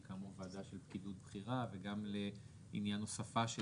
שהיא כאמור ועדה של פקידות בכירה וגם לעניין הוספה של